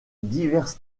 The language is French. diverses